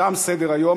תם סדר-היום.